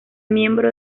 miembro